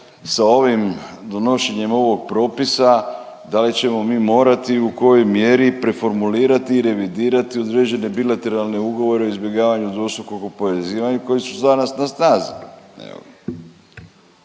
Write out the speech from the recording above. sa ovim donošenjem ovog propisa da li ćemo mi morati i u kojoj mjeri preformulirati i revidirati određene bilateralne ugovore o izbjegavanju dvostrukog oporezivanja koji su danas na snazi?